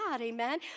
Amen